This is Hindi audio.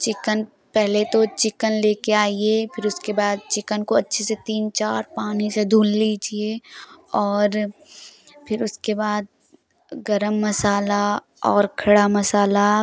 चिकन पहेले तो चिकन लेके आइए फिर उसके बाद चिकन को अच्छे से तीन चार पानी से धुल लीजिए और फिर उसके बाद गरम मसाला और खड़ा मसाला